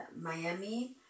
Miami